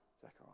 Zechariah